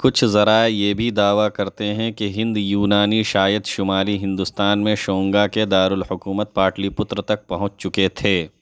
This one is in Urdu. کچھ ذرائع یہ بھی دعویٰ کرتے ہیں کہ ہند یونانی شاید شمالی ہندوستان میں شونگا کے دارالحکومت پاٹلی پتر تک پہنچ چکے تھے